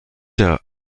der